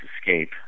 escape